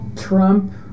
Trump